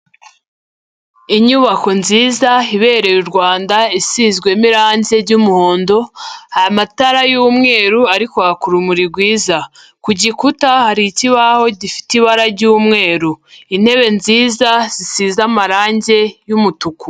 Inyubako nziza ibereye u Rwanda isizwemo irange ry'umuhondo, hari amatara y'umweru ari kwaka urumuri rwiza, ku gikuta hari ikibaho gifite ibara ry'umweru, intebe nziza zisize amarange y'umutuku.